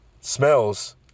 smells